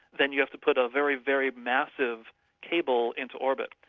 then you have to put a very, very massive cable into orbit,